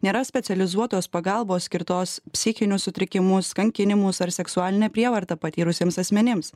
nėra specializuotos pagalbos skirtos psichinius sutrikimus kankinimus ar seksualinę prievartą patyrusiems asmenims